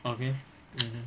okay mm